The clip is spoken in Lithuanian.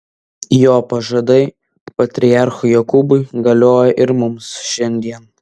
jo pažadai patriarchui jokūbui galioja ir mums šiandien